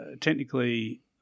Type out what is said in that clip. technically